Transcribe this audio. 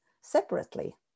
separately